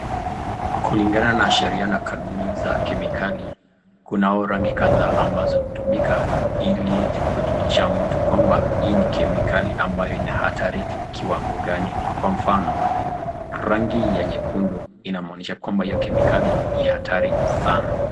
Kulingana na sheria na kanuni za kemikali kunao rangi kadhaa ambazo hutumika ili kujulisha mtu kwamba hii ni kemikali ambayo ina hatari kiwango gani. Kwa mfano rangi ya nyekundu inamwonyesha kwamba hio kemikali ni hatari sana.